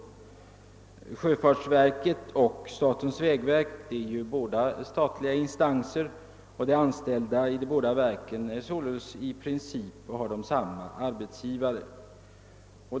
Både sjöfartsverket och vägverket är statliga institutioner, och de anställda inom de båda verken har i princip samma arbetsgivare.